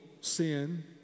sin